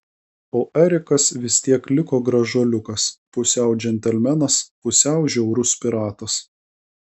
o erikas vis tiek liko gražuoliukas pusiau džentelmenas pusiau žiaurus piratas